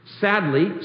Sadly